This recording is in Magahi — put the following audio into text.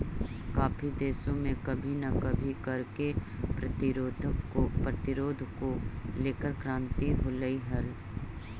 काफी देशों में कभी ना कभी कर के प्रतिरोध को लेकर क्रांति होलई हल